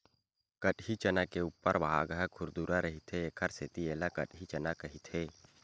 कटही चना के उपर भाग ह खुरदुरहा रहिथे एखर सेती ऐला कटही चना कहिथे